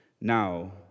Now